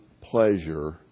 pleasure